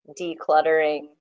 decluttering